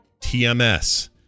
TMS